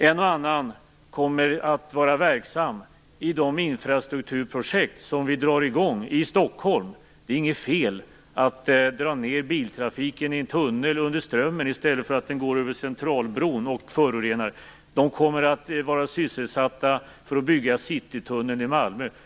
En och annan kommer att vara verksam i de infrastrukturprojekt som vi drar i gång i Stockholm. Det är inget fel i att dra ned biltrafiken i en tunnel under Strömmen i stället för att låta den gå över Centralbron och förorena. De kommer att vara sysselsatta med att bygga Citytunneln i Malmö.